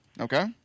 Okay